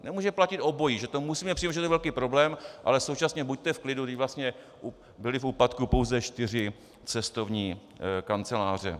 Nemůže platit obojí, že to musíme předložit jako velký problém, ale současně buďte v klidu, vždyť vlastně byly v úpadku pouze čtyři cestovní kanceláře.